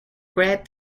grabbed